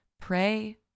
Pray